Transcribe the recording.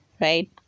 right